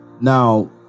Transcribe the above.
Now